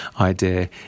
idea